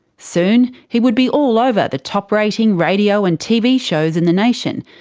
soon he would be all over the top-rating radio and tv shows in the nation,